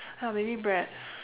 ya maybe bread